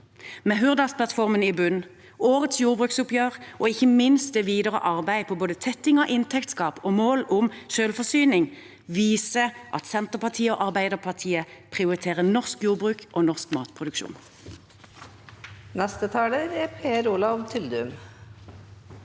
Med Hurdalsplattformen i bunnen, årets jordbruksoppgjør og ikke minst det videre arbeid med både tetting av inntektsgap og målet om selvforsyning viser Senterpartiet og Arbeiderpartiet at vi prioriterer norsk jordbruk og norsk matproduksjon.